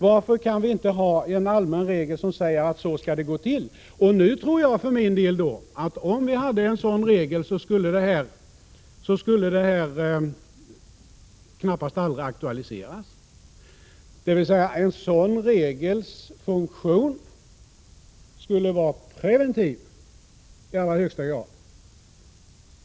Varför kan vi inte ha en allmän regel som säger att det skall gå till på det sättet? Om vi hade en sådan regel tror jag för min del att förfarandet nästan aldrig skulle aktualiseras. En sådan regels funktion skulle i allra högsta grad vara preventiv.